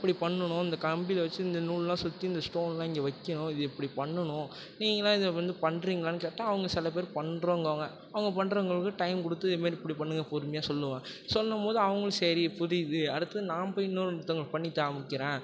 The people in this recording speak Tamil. இப்படி பண்ணுணும் கம்பியில வச்சி இந்த நூல்லாம் சுற்றி இந்த ஸ்டோன்லாம் இங்கே வைக்கணும் இது இப்படி பண்ணுணும் நீங்களாம் இதில் வந்து பண்ணுறிங்களான்னு கேட்டால் அவங்க சில பேர் பண்ணுறேங்குவாங்க அவங்க பண்ணுறவங்களுக்கு டைம் கொடுத்து இது மேரி இப்படி பண்ணுங்கள் பொறுமையாக சொல்லுவேன் சொல்லும் போது அவங்களும் சரி புரியுது அடுத்தது நான் போய் இன்னோருத்தவங்களுக்கு பண்ணி காமிக்கிறேன்